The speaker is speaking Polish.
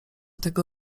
tego